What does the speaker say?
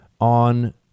on